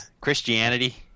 christianity